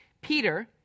Peter